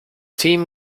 team